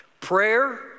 prayer